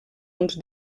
uns